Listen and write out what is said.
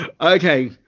Okay